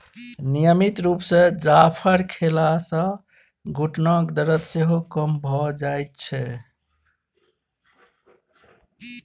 नियमित रुप सँ जाफर खेला सँ घुटनाक दरद सेहो कम भ जाइ छै